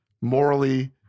morally